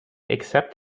except